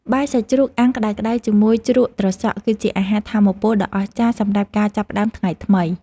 បាយសាច់ជ្រូកអាំងក្តៅៗជាមួយជ្រក់ត្រសក់ គឺជាអាហារថាមពលដ៏អស្ចារ្យសម្រាប់ការចាប់ផ្តើមថ្ងៃថ្មី។